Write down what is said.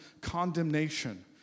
condemnation